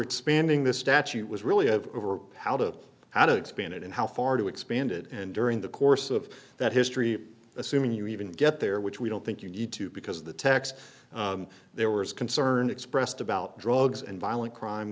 expanding this statute was really have over how to how to expand it and how far to expand it and during the course of that history assuming you even get there which we don't think you need to because the tax there was concern expressed about drugs and violent crime